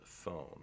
Phone